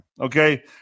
okay